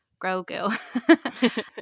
Grogu